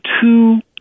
two